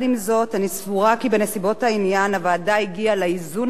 אני סבורה כי בנסיבות העניין הוועדה הגיעה לאיזון נכון,